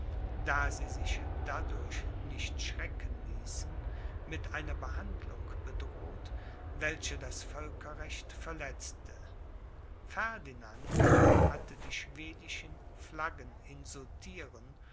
da sie sich dadurch nicht schrecken ließen mit einer behandlung bedroht welche das völkerrecht verletzte ferdinand hatte die schwedischen flaggen